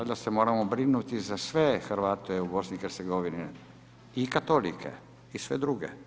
Valjda se moramo brinuti za sve Hrvate u BiH i katolike i sve druge.